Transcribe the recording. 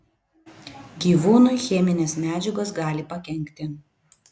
gyvūnui cheminės medžiagos gali pakenkti